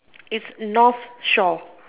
is North shore